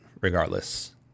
regardless